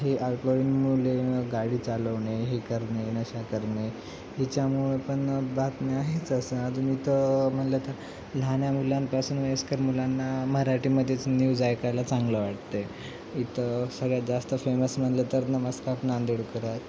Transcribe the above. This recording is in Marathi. हे अल्पवयीन मुले गाडी चालवणे हे करणे नशा करणे ह्याच्यामुळे पण बातम्या हेच असं अजून इथं म्हणलं तर लहान्या मुलांपासून वयस्कर मुलांना मराठीमध्येच न्यूज ऐकायला चांगलं वाटते इथं सगळ्यात जास्त फेमस म्हणलं तर नमस्कार नांदेडकर आहेत